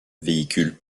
véhicules